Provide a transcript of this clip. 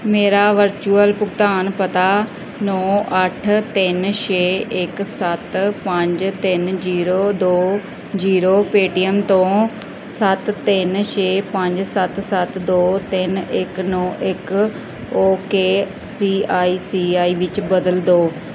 ਮੇਰਾ ਵਰਚੁਅਲ ਭੁਗਤਾਨ ਪਤਾ ਨੌਂ ਅੱਠ ਤਿੰਨ ਛੇ ਇੱਕ ਸੱਤ ਪੰਜ ਤਿੰਨ ਜੀਰੋ ਦੋ ਜੀਰੋ ਪੇਟੀਐੱਮ ਤੋਂ ਸੱਤ ਤਿੰਨ ਛੇ ਪੰਜ ਸੱਤ ਸੱਤ ਦੋ ਤਿੰਨ ਇੱਕ ਨੌਂ ਇੱਕ okay C I C I ਵਿੱਚ ਬਦਲ ਦਿਓ